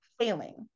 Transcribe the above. failing